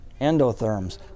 endotherms